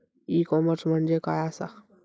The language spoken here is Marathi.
ई कॉमर्स म्हणजे काय असा?